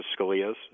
Scalia's